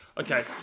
Okay